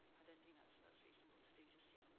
i don't think that's that's reasonable to do just yet.